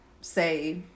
say